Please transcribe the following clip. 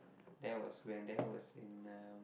that was when that was in a